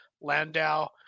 Landau